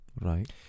Right